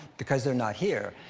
because they're not here.